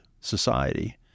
society